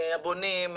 הבונים,